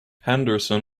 henderson